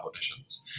auditions